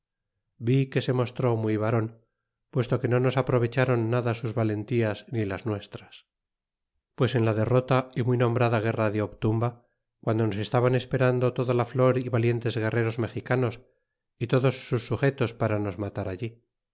vi que se mostró muy varon puesto que no nos aprovechron nada sus valentías ni las nuestras pues en la derrota y muy nombrada guerra de obturnba guando nos estaban esperando toda la flor y valientes guerreros mexicanos y todos sus sugetos para nos matar allí